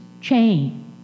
change